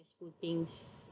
useful things